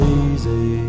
easy